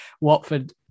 Watford